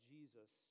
Jesus